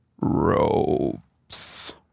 Ropes